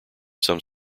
some